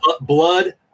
blood